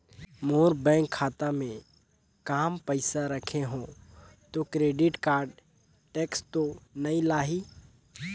मोर bank खाता मे काम पइसा रखे हो तो क्रेडिट कारड टेक्स तो नइ लाही???